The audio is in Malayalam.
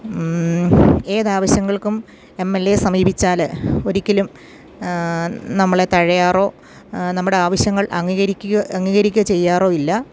ഏത് ആവശ്യങ്ങൾക്കും എം എൽ എയെ സമീപിച്ചാൾ ഒരിക്കലും നമ്മളെ തഴയാറോ നമ്മുടെ ആവശ്യങ്ങൾ അംഗീകരിക്കുകയോ അംഗീകരിക്കുക ചെയ്യാറോ ഇല്ല